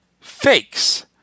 Fakes